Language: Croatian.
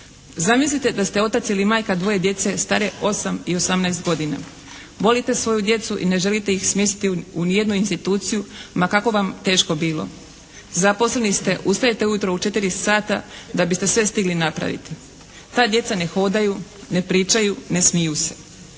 Zamislite da ste otac ili majka dvoje djece stare osam i osamnaest godina. Volite svoju djecu i ne želite ih smjestiti u nijednu instituciju ma kako vam teško bilo. Zaposleni ste, ustajete ujutro u četiri sata da biste sve stigli napraviti. Ta djeca ne hodaju, ne pričaju, ne smiju se.